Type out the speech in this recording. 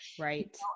Right